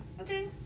Okay